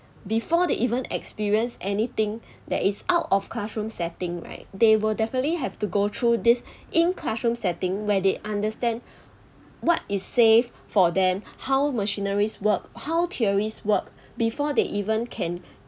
before they even experienced anything that is out of classroom setting right they will definitely have to go through this in classroom setting where they understand what is safe for them how machineries work how theories work before they even can